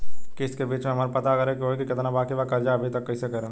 किश्त के बीच मे हमरा पता करे होई की केतना बाकी बा कर्जा अभी त कइसे करम?